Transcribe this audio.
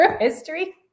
history